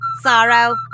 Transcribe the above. Sorrow